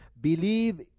believe